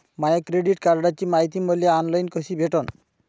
माया credit कार्डची मायती मले ऑनलाईन कसी भेटन?